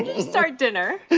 you start dinner?